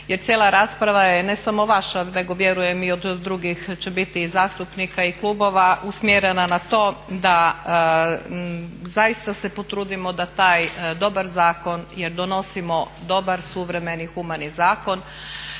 jer cijela rasprava je ne samo vaša nego vjerujem i od drugih će biti i zastupnika i klubova usmjerena na to da zaista se potrudimo da taj dobar zakon jer donosimo dobar, suvremeni humani zakon